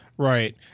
Right